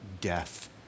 death